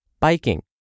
biking